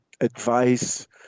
advice